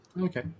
Okay